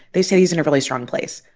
they say he's in a really strong place.